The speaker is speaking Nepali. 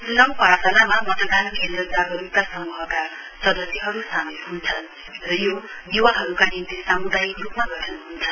च्नाउ पाठशालामा मतदान केन्द्र जागरुकता समूहका सदस्यहरु सामेल हन्छन् र यो युवाहरुका निम्ति सामुदायिक रुपमा गठन हुन्छ